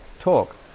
talk